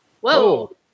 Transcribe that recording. whoa